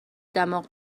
دماغ